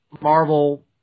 Marvel